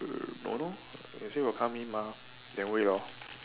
err don't know they say will come in mah then wait lor